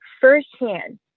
firsthand